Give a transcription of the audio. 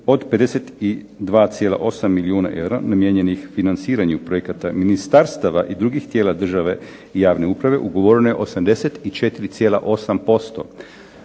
od 52,8 milijun eura namijenjenih financiranju projekata ministarstava i drugih tijela države i javne uprave ugovoreno je 84,8%.